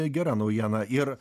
gera naujiena ir